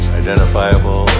identifiable